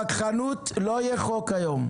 בווכחנות לא יהיה חוק היום.